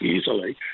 easily